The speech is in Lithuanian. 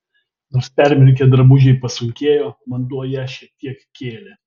nors permirkę drabužiai pasunkėjo vanduo ją šiek tiek kėlė